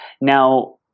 Now